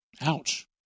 Ouch